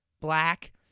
black